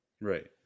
Right